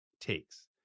takes